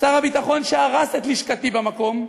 שר הביטחון שהרס את לשכתי במקום,